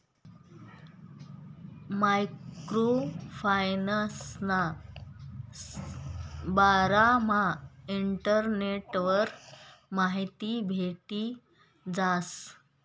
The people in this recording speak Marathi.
मायक्रो फायनान्सना बारामा इंटरनेटवर माहिती भेटी जास